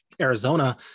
Arizona